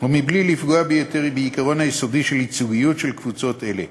ומבלי לפגוע ביתר בעיקרון היסודי של ייצוגיות הקבוצות האלה.